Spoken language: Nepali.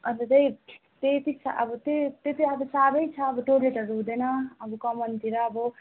अन्त चाहिँ त्यही चाहिँ छ अब त्यो त्यो चाहिँ अब साह्रै छ टोइलेटहरू हुँदैन अब कमानतिर अब